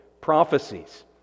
prophecies